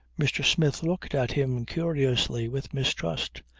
mr. smith looked at him curiously, with mistrust.